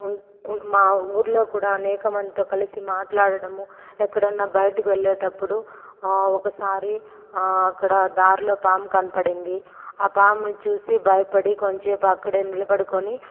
ఉన్ ఉన్ మా ఊళ్ళో కూడా అనేకమందితో కలిసి మాట్లాడడము ఎక్కడన్నా బయటికి వెళ్ళేటప్పుడు ఒకసారి అక్కడ దారిలో పాము కనపడింది ఆ పామును చూసి భయపడి కొంసేపు అక్కడే నిలబడుకొని